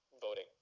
voting